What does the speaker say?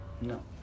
No